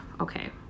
okay